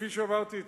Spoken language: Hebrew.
כפי שאמרתי,